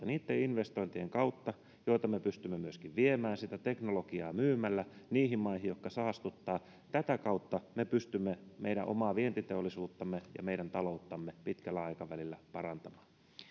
niitten investointien kautta joita me pystymme myöskin viemään sitä teknologiaa myymällä niihin maihin jotka saastuttavat tätä kautta me pystymme meidän omaa vientiteollisuuttamme ja meidän talouttamme pitkällä aikavälillä parantamaan